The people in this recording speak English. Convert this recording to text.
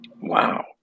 wow